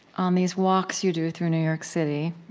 on these walks you do through new york city,